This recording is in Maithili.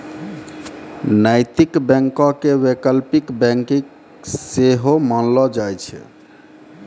नैतिक बैंको के वैकल्पिक बैंकिंग सेहो मानलो जाय छै